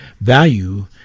value